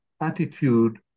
attitude